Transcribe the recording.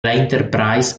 enterprise